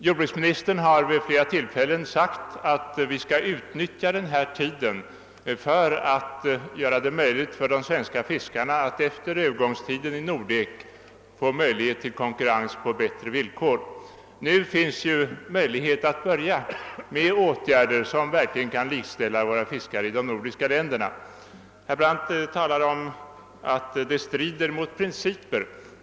Jordbruksministern har vid flera tillfällen uttalat att vi skall utnyttja denna tid till att ge de svenska fiskarna möjlighet till konkurrens på bättre villkor efter övergångstiden i Nordek. Nu finns det ju möjligheter att sätta in åtgärder som verkligen kan likställa fiskarna i de nordiska länderna. Herr Brandt talade om principer.